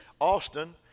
Austin